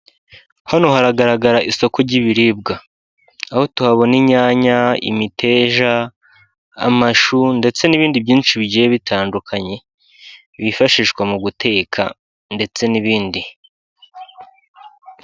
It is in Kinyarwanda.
Hano haragaragara isoko ry'ibiribwa aho tuhabona imyanya, imiteja, amashu, ndetse n'ibindi byinshi bigiye bitandukanye bifashishwa mu guteka ndetse n'ibindi.